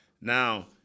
Now